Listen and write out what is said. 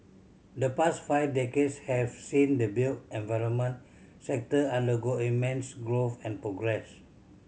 the past five decades have seen the built environment sector undergo immense growth and progress